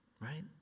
right